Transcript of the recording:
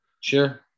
Sure